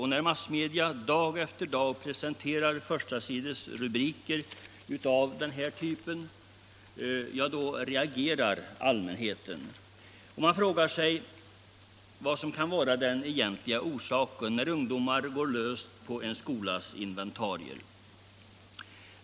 Och när massmedia dag efter dag presenterar förstasidesrubriker om skadegörelsen reagerar allmänheten. Man frågar sig vad som kan vara orsaken till att ungdomar vår löst på en skolas inventarier.